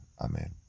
Amen